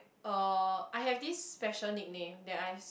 uh I have this special nickname that I